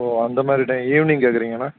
ஓ அந்த மாதிரி time evening கேட்குறீங்கன்னா